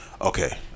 Okay